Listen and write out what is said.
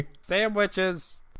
Sandwiches